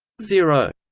zero.